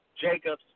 Jacobs